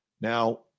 now